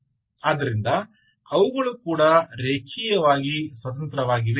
ಆದ್ದರಿಂದ ಅವು ಕೂಡ ರೇಖೀಯವಾಗಿ ಸ್ವತಂತ್ರವಾಗಿವೆ